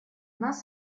нас